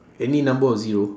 any number of zero